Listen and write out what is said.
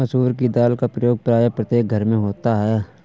मसूर की दाल का प्रयोग प्रायः प्रत्येक घर में होता है